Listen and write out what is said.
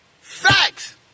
Facts